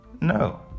No